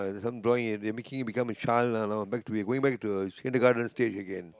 there's some drawing here they making you become a child ah going back to be going back to a kindergarten stage again